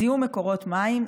זיהום מקורות מים,